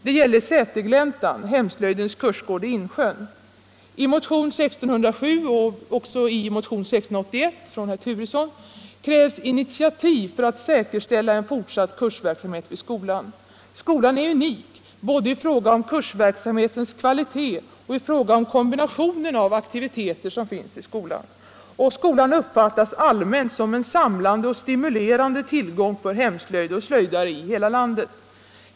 Det gäller Sätergläntan, hemslöjdens kursgård i Insjön. I motionen 1607 och även i motionen 1681 av herr Turesson krävs initiativ för att säkerställa en fortsatt kursverksamhet vid skolan. Skolan är unik både i fråga om kursverksamhetens kvalitet och i fråga om kombinationen av aktiviteter. Skolan uppfattas allmänt som en samlande och stimulerande tillgång för hemslöjd och slöjdare i hela landet.